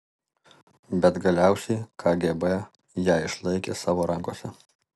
bet galiausiai kgb ją išlaikė savo rankose